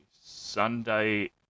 Sunday